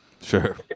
Sure